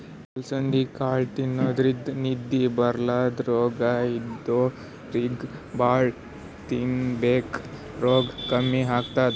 ಅಲಸಂದಿ ಕಾಳ್ ಉಣಾದ್ರಿನ್ದ ನಿದ್ದಿ ಬರ್ಲಾದ್ ರೋಗ್ ಇದ್ದೋರಿಗ್ ಭಾಳ್ ತಿನ್ಬೇಕ್ ರೋಗ್ ಕಮ್ಮಿ ಆತದ್